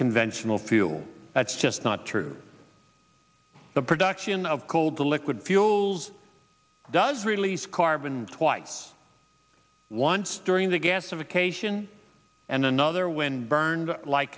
conventional peel that's just not true the production of cold liquid fuels does release carbon twice once during the gasification and another when burned like